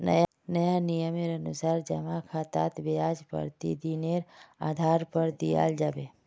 नया नियमेर अनुसार जमा खातात ब्याज प्रतिदिनेर आधार पर दियाल जाबे